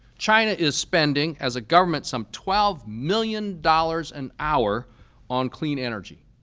china is spending as a government some twelve million dollars an hour on clean energy,